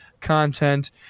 content